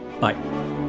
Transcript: Bye